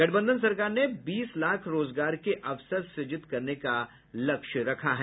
गठबंधन सरकार ने बीस लाख रोजगार के अवसर सृजित करने का लक्ष्य रखा है